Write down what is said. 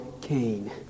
Cain